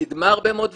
קידמה הרבה מאוד דברים,